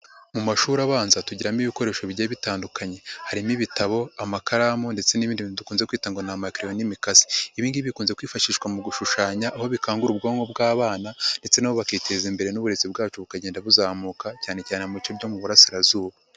Mu mashuri abanza tugiramo ibikoresho bigiye bitandukanye harimo: ibitabo, amakaramu ndetse n'ibindi bintu dukunze kwita ngo ni amakereyo n'imikasi, ibi ngibi bikunze kwifashishwa mu gushushanya aho bikangura ubwonko bw'abana ndetse na bo bakiteza imbere n'uburezi bwacu bukagenda buzamuka cyane cyane mu bice byo mu Burasirazuba.